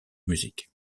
music